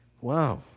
Wow